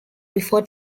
before